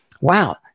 wow